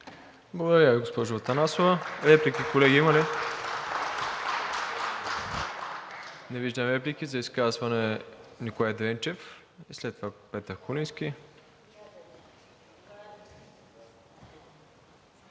Благодаря Ви, госпожо Атанасова. Реплики, колеги, има ли? Не виждам. За изказване Николай Дренчев и след това Петър Куленски.